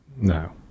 No